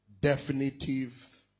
Definitive